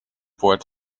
forth